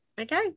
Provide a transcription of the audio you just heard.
okay